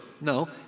no